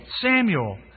Samuel